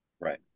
Right